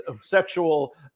sexual